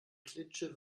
klitsche